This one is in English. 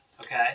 Okay